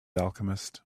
alchemist